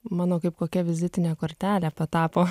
mano kaip kokia vizitine kortele patapo